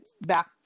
back